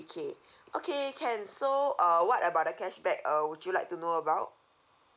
K okay can so uh what about the cashback uh would you like to know about